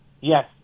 Yes